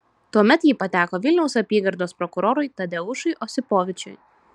tuomet ji pateko vilniaus apygardos prokurorui tadeušui osipovičiui